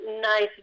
nice